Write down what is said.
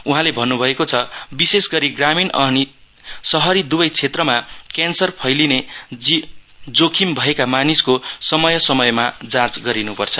उहाँले भन्नु भएको छ विशेषगरी ग्रामीण अनि शहरी दुवै क्षेत्रमा क्यान्सर फैलिने जोखिम भएका मानिसको समय समयमा जाँच गरिनुपर्छ